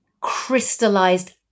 crystallized